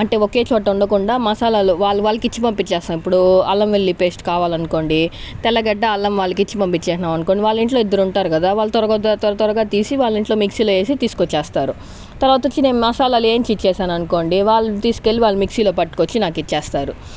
అంటే ఒకే చోట ఉండకుండా మసాలాలు వాళ్ళ వాళ్ళకి ఇచ్చి పంపించేస్తాను ఇప్పుడు అల్లం వెల్లుల్లి పేస్ట్ కావాలి అనుకోండి తెల్లగడ్డ అల్లం వాళ్ళకి ఇచ్చి పంపించేశాము అనుకోండి వాళ్ళ ఇంట్లో ఇద్దరు ఉంటారు కదా వాళ్ళు త్వరగా త్వర త్వరగా తీసి వాళ్ళ ఇంట్లో మిక్సీలో వేసి తీసుకు వచ్చేస్తారు తర్వాత వచ్చి నేను మసాలాలు ఏంచి ఇచ్చేసాను అనుకోండి వాళ్ళు తీసుకువెళ్లి వాళ్ళ మిక్సీలో పట్టుకొచ్చి నాకు ఇచ్చేస్తారు